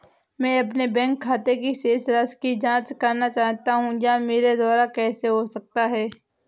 मैं अपने बैंक खाते की शेष राशि की जाँच करना चाहता हूँ यह मेरे द्वारा कैसे हो सकता है?